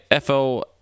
FO